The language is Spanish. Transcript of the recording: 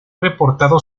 reportado